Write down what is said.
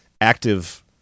active